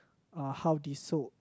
uh how they sold